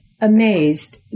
amazed